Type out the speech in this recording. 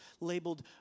labeled